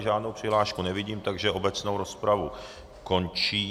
Žádnou přihlášku nevidím, takže obecnou rozpravu končím.